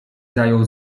zajął